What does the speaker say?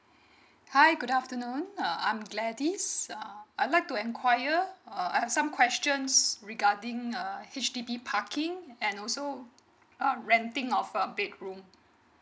hi good afternoon uh I'm gladys uh I'd like to enquire uh I have some questions regarding uh H_D_B parking and also err renting of a bedroom